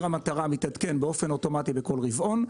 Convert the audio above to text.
המטרה מתעדכן באופן אוטומטי לכל רבעון,